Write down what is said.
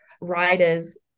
writers